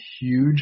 huge